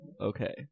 Okay